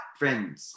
friends